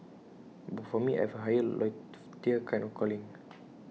but for me I have A higher loftier kind of calling